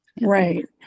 Right